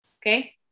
Okay